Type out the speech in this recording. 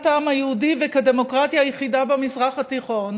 העם היהודי וכדמוקרטיה היחידה במזרח התיכון,